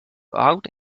out